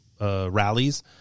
rallies